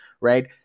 right